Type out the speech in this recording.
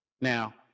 Now